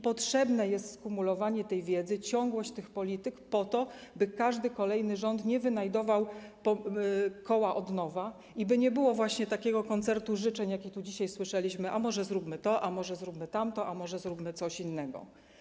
Potrzebne jest skumulowanie wiedzy, ciągłość tych polityk po to, by każdy kolejny rząd nie wynajdował koła od nowa i by nie było takiego koncertu życzeń, jaki tu dzisiaj słyszeliśmy: a może zróbmy to, a może zróbmy tamto, a może zróbmy coś innego.